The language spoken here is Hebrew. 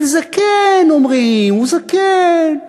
אבל זקן, אומרים, הוא זקן,